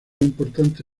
importante